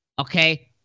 Okay